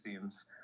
seems